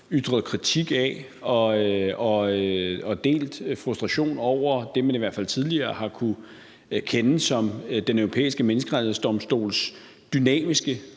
ytret kritik af og delt frustration over det, man i hvert fald tidligere har kunnet kende som Den Europæiske Menneskerettighedsdomstols dynamiske